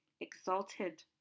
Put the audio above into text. exalted